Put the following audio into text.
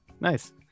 nice